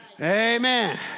Amen